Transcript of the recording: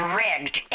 rigged